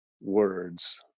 words